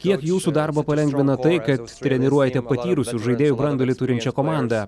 kiek jūsų darbą palengvina tai kad treniruojate patyrusių žaidėjų branduolį turinčią komandą